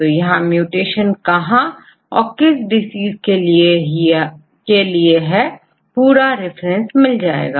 तो यहां म्यूटेशन कहां और किस डिजीज के लिए है पूरा रेफरेंस मिल जाएगा